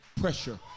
pressure